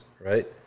right